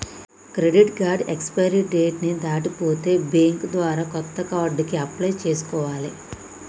credit card expiry date ని దాటిపోతే bank ద్వారా కొత్త కార్డుకి అప్లై చేసుకోవాలే